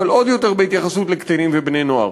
אבל עוד יותר בהתייחסות לקטינים ולבני-נוער.